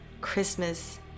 Christmas